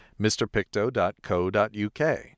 mrpicto.co.uk